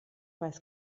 weiß